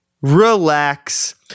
relax